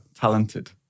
talented